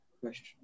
Question